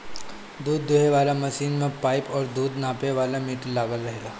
दूध दूहे वाला मशीन में पाइप और दूध नापे वाला मीटर लागल रहेला